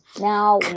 Now